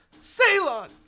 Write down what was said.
Ceylon